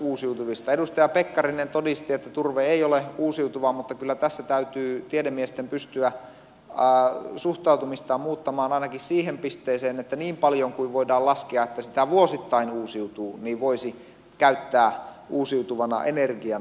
edustaja pekkarinen todisti että turve ei ole uusiutuva mutta kyllä tässä täytyy tiedemiesten pystyä suhtautumistaan muuttamaan ainakin siihen pisteeseen että niin paljon kuin voidaan laskea että sitä vuosittain uusiutuu voisi käyttää uusiutuvana energiana